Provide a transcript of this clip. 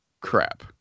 crap